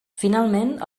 finalment